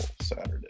Saturday